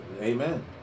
amen